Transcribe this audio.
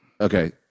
Okay